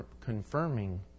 confirming